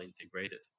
integrated